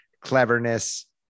cleverness